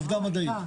עובדה מדעית.